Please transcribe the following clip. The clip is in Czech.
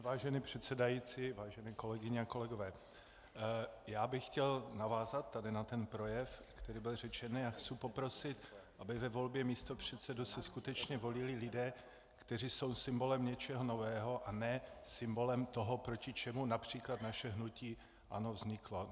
Vážený pane předsedající, vážené kolegyně a kolegové, já bych chtěl navázat tady na ten projev, který byl řečený, a chci poprosit, aby ve volbě místopředsedů se skutečně volili lidé, kteří jsou symbolem něčeho nového, a ne symbolem toho, proti čemu například naše hnutí ANO vzniklo.